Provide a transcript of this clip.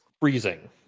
freezing